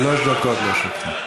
איפה הייתם?